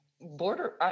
border